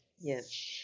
Yes